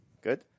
good